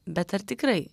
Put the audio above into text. bet ar tikrai